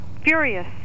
Furious